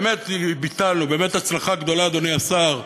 באמת ביטלנו, באמת הצלחה גדולה, אדוני השר,